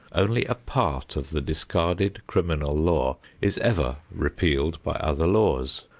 only a part of the discarded criminal law is ever repealed by other laws.